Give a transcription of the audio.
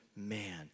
Man